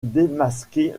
démasquer